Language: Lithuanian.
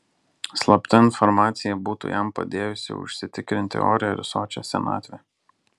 slapta informacija būtų jam padėjusi užsitikrinti orią ir sočią senatvę